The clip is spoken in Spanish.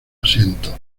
asientos